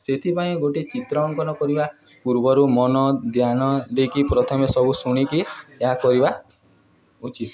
ସେଥିପାଇଁ ଗୋଟେ ଚିତ୍ର ଅଙ୍କନ କରିବା ପୂର୍ବରୁ ମନ ଧ୍ୟାନ ଦେଇକି ପ୍ରଥମେ ସବୁ ଶୁଣିକି ଏହା କରିବା ଉଚିତ